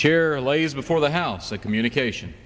chair lays before the house a communication